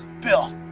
Bill